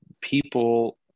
people